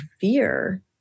fear